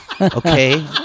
okay